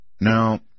Now